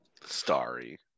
starry